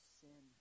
sin